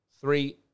three